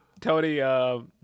Tony